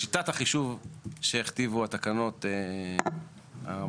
לשיטת החישוב שהכתיבו התקנות הנזכרות.